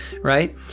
right